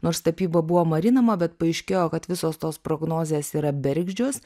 nors tapyba buvo marinama bet paaiškėjo kad visos tos prognozės yra bergždžios